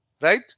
right